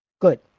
Good